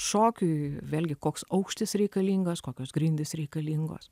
šokiui vėlgi koks aukštis reikalingas kokios grindys reikalingos